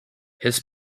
his